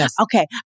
okay